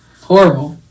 horrible